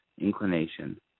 inclination